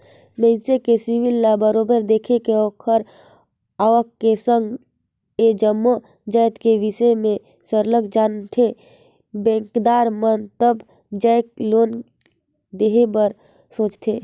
मइनसे के सिविल ल बरोबर देख के ओखर आवक के संघ ए जम्मो जाएत के बिसे में सरलग जानथें बेंकदार मन तब जाएके लोन देहे बर सोंचथे